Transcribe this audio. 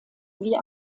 wie